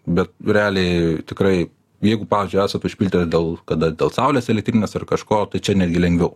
bet realiai tikrai jeigu pavyzdžiui esat užpildę dėl kada dėl saulės elektrinės ar kažko tai čia netgi lengviau